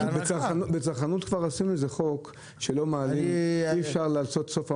בצרכנות חוקקנו חוק שאי אפשר לעשות מחיר סוף עונה.